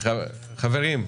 חברים,